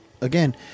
again